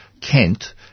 Kent